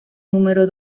número